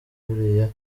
buriya